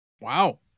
Wow